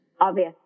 obvious